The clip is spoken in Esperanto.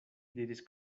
diris